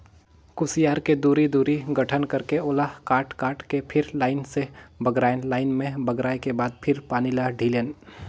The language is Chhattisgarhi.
खुसियार के दूरी, दूरी गठन करके ओला काट काट के फिर लाइन से बगरायन लाइन में बगराय के बाद फिर पानी ल ढिलेन